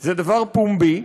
זה דבר פומבי,